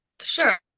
sure